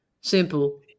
simple